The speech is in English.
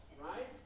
right